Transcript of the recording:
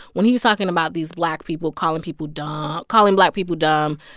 when he was talking about these black people, calling people dumb, calling black people dumb,